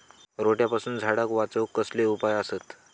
रोट्यापासून झाडाक वाचौक कसले उपाय आसत?